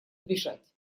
убежать